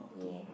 ya